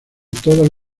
todas